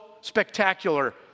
spectacular